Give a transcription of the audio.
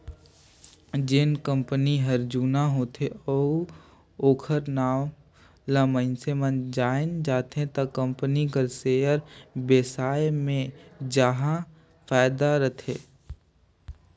जेन कंपनी हर जुना होथे अउ ओखर नांव ल मइनसे मन जाएन जाथे त कंपनी कर सेयर बेसाए मे जाहा फायदा रथे